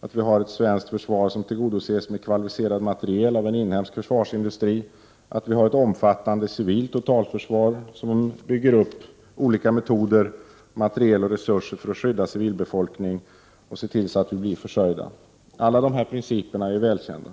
att vi har ett svenskt försvar som tillgodoses med kvalificerad materiel av en inhemsk försvarsindustri, att vi har ett omfattande civilt totalförsvar, som bygger upp olika metoder, materiel och resurser för att skydda civilbefolkningen och se till att vi blir försörjda. Alla dessa principer är välkända.